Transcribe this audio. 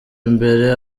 imbere